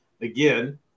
again